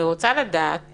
אני רוצה לדעת